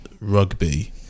rugby